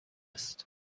است